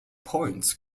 points